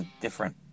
different